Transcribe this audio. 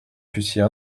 fussiez